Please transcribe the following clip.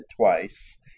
twice